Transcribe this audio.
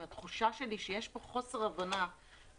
עם התחושה שלי שיש פה חוסר הבנה בעובדה